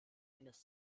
eines